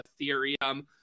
Ethereum